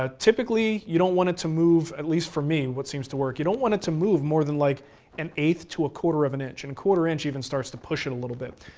ah typically, you don't want it to move, at least for me what seems to work, you don't want it to move more than like an eighth to a quarter of an inch, and a quarter inch even starts to push it a little bit.